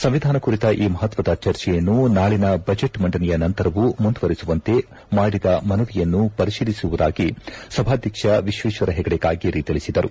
ಸಂವಿಧಾನ ಕುರಿತ ಈ ಮಹತ್ವದ ಚರ್ಚೆಯನ್ನು ನಾಳಿನ ಬಜೆಟ್ ಮಂಡನೆಯ ನಂತರವೂ ಮುಂದುವರೆಸುವಂತೆ ಮಾಡಿದ ಮನವಿಯನ್ನು ಪರಿಶೀಲಿಸುವುದಾಗಿ ಸಭಾಧ್ಯಕ್ಷ ವಿಶ್ವೇಶ್ವರ ಹೆಗಡೆ ಕಾಗೇರಿ ತಿಳಿಸಿದರು